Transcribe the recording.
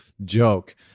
joke